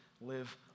live